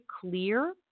clear